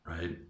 right